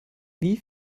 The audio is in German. wie